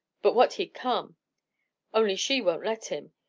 but what he'd come only she won't let him.